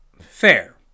Fair